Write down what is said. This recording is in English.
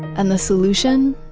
and the solution?